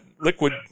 liquid